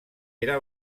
era